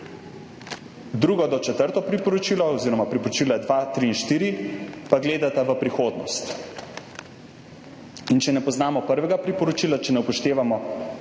Drugo do četrto priporočilo oziroma priporočila dva, tri in štiri pa gledajo v prihodnost. In če ne poznamo prvega priporočila, če ne upoštevamo prvega,